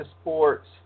sports